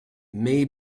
may